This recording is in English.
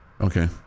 okay